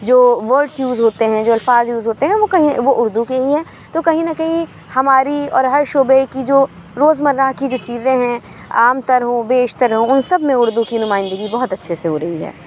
جو words use ہوتے جو الفاظ یوز ہوتے ہیں وہ کہیں وہ اُردو کے ہی ہیں تو کہیں نہ کہیں ہماری اور ہر شعبے کی جو روز مرّہ کی جو چیزیں ہیں عام تر ہوں بیشتر ہوں اُن سب میں اُردو کی نمائندگی بہت اچھے سے ہو رہی ہے